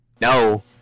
No